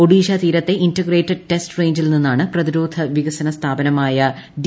ഒഡിഷ തീരത്തെ integrated test റേഞ്ചിൽ നിന്നാണ് പ്രതിരോധ വികസന സ്ഥാപനമായ ഡി